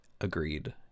Agreed